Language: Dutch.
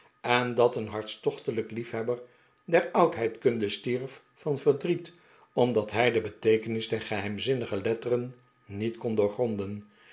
en dat een hartstochtelijk liefhebber der oudheidkunde stierf van verdriet omdat hij de beteekenis der geheimzinnige letteren niet kon doorgronden